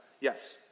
Yes